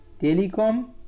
Telecom